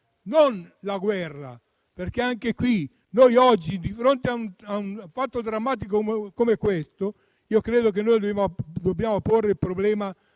non la guerra. Anche oggi in questa sede, di fronte a un fatto drammatico come questo, credo che noi dobbiamo porre il problema